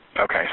Okay